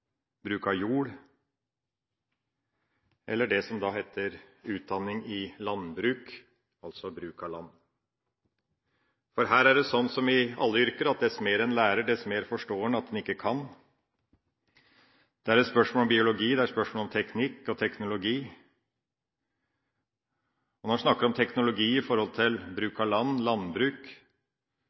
bruk av jord eller det som heter «utdanning i landbruk», altså bruk av land, for her er det som i alle yrker: Dess mer en lærer, dess mer forstår en at en ikke kan. Det er et spørsmål om biologi, det er spørsmål om teknikk og teknologi. Når en snakker om teknologi når det gjelder bruk av land, landbruk,